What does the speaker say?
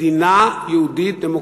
מדינה יהודית דמוקרטית,